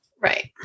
right